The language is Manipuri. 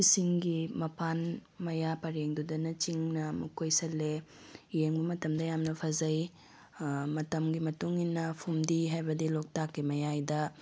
ꯏꯁꯤꯡꯒꯤ ꯃꯄꯥꯟ ꯃꯌꯥ ꯄꯔꯦꯡꯗꯨꯗꯅ ꯆꯤꯡꯅ ꯑꯃꯨꯛ ꯀꯣꯏꯁꯜꯂꯦ ꯌꯦꯡꯕ ꯃꯇꯝꯗ ꯌꯥꯝꯅ ꯐꯖꯩ ꯃꯇꯝꯒꯤ ꯃꯇꯨꯡꯏꯟꯅ ꯐꯨꯝꯗꯤ ꯍꯥꯏꯕꯗꯤ ꯂꯣꯛꯇꯥꯛꯀꯤ ꯃꯌꯥꯏꯗ